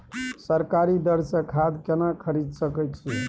सरकारी दर से खाद केना खरीद सकै छिये?